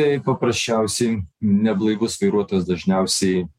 tai paprasčiausiai neblaivus vairuotojas dažniausiai